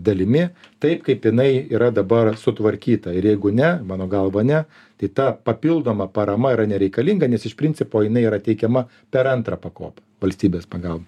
dalimi taip kaip jinai yra dabar sutvarkyta ir jeigu ne mano galva ne tai ta papildoma parama yra nereikalinga nes iš principo jinai yra teikiama per antrą pakopą valstybės pagalba